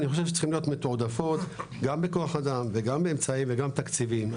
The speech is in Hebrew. אני חושב שצריכים להיות מתועדפות גם בכוח אדם וגם באמצעים וגם תקציבים.